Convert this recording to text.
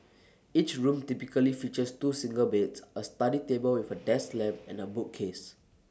each room typically features two single beds A study table with A desk lamp and A bookcase